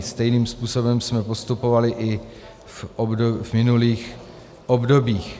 Stejným způsobem jsme postupovali i v minulých obdobích.